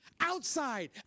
outside